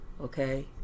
okay